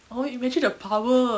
oh imagine the power